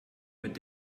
mit